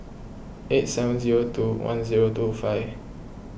eight seven zero two one zero two five